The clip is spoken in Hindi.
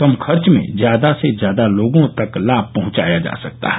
कम खर्च में ज्यादा से ज्यादा लोगों तक लाभ पहंचाया जा सकता है